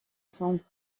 sombre